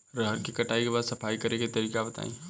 रहर के कटाई के बाद सफाई करेके तरीका बताइ?